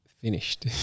finished